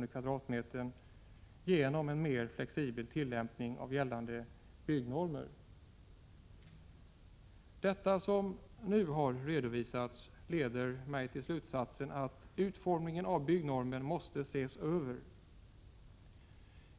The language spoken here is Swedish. per kvadratmeter genom en mer flexibel tillämpning av gällande byggnormer. Det som nu har redovisats leder mig till slutsatsen att utformningen av byggnormen måste ses över.